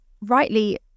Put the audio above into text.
rightly